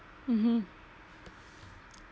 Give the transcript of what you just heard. mmhmm